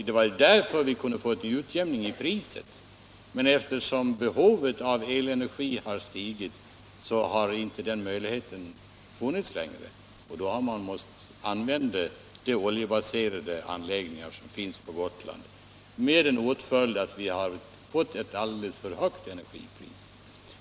Det var därför vi kunde få en utjämning av priset. Men eftersom behovet av elenergi har stigit på Gotland, har den möjligheten inte längre funnits, och därför har vi måst använda de oljebaserade anläggningar som finns på Gotland — med följd att vi har fått ett alldeles för högt energipris.